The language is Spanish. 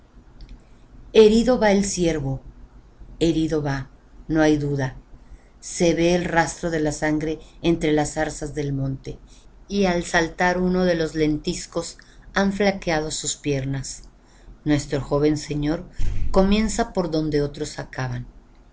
herido va el ciervo herido va no hay duda se ve el rastro de la sangre entre las zarzas del monte y al saltar uno de esos lentiscos han flaqueado sus piernas nuestro joven señor comienza por donde otros acaban